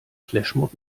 flashmob